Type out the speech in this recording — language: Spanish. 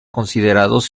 considerados